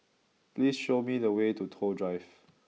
please show me the way to Toh Drive